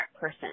person